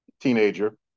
teenager